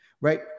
right